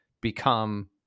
become